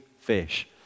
fish